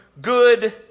good